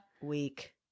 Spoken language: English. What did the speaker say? Week